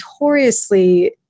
notoriously